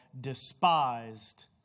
despised